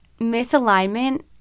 misalignment